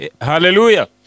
Hallelujah